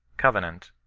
covenant,